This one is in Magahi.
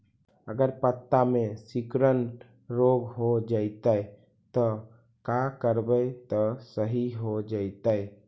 अगर पत्ता में सिकुड़न रोग हो जैतै त का करबै त सहि हो जैतै?